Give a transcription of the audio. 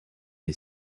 est